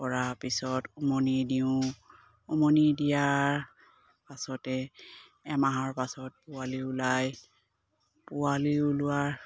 পৰাৰ পিছত উমনি দিওঁ উমনি দিয়াৰ পাছতে এমাহৰ পাছত পোৱালি ওলাই পোৱালি ওলোৱাৰ